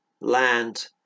land